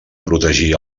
protegir